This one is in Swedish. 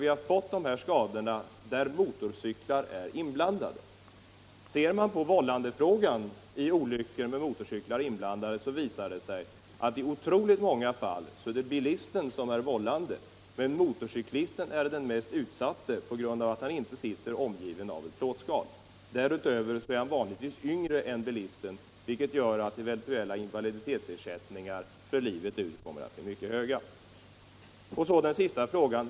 Ser vi på vållandefrågan vid olyckor där motorcyklar är inblandade visar det sig att det är bilisten som är vållande i otroligt många fall. Även om motorcykelförarens försäkring inte belastas i sådana fall bör detta ändå påpekas. Sammantaget belastar naturligtvis motorcyklisterna försäkringarna hårt eftersom motorcyklisten är den mest utsatta på grund av att han inte sitter omgiven av ett plåtskal. Dessutom är han vanligtvis yngre än bilisten, vilket gör att en eventuell invaliditetsersättning för livet ut blir mycket hög.